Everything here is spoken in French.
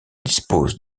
dispose